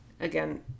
Again